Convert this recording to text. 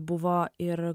buvo ir